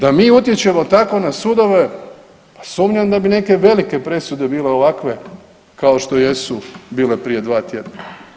Da mi utječemo tako na sudove pa sumnjam da bi neke velike presude bile ovakve kao što jesu bile prije 2 tjedna.